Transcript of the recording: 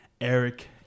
Eric